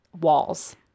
walls